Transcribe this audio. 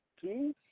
two